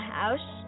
house